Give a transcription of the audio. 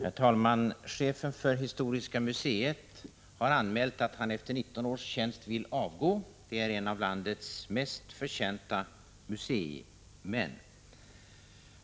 Herr talman! Chefen för historiska museet har anmält att han efter 19 års tjänst vill avgå. Det är en av landets mest förtjänta museimän.